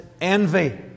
envy